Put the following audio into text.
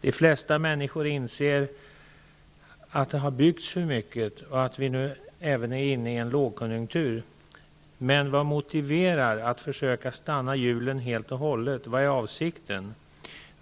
De flesta människor inser att det har byggts för mycket och även att vi nu är inne i en lågkonjunktur. Men vad motiverar att försöka stanna hjulen helt och hållet? Vad är avsikten?